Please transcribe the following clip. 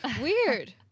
Weird